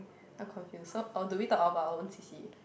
I'm confused so or do we talk about our own C_C_A